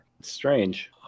strange